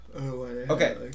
Okay